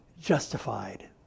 justified